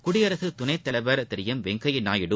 குடியரசு துணைத் தலைவர் திரு எம் வெங்கைய நாயுடு